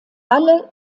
alle